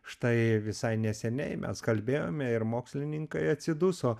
štai visai neseniai mes kalbėjome ir mokslininkai atsiduso